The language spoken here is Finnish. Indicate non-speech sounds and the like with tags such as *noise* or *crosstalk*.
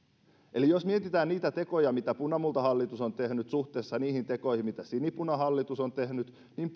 eli jos mietitään niitä tekoja mitä punamultahallitus on tehnyt suhteessa niihin tekoihin mitä sinipunahallitus on tehnyt niin *unintelligible*